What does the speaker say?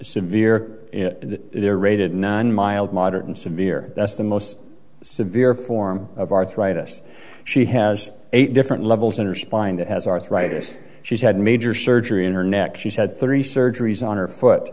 that they're rated nine mild moderate and severe that's the most severe form of arthritis she has eight different levels in her spine that has arthritis she's had major surgery in her neck she's had three surgeries on her foot